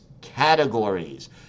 categories